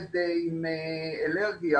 ילד עם אלרגיה,